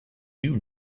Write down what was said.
you